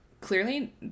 Clearly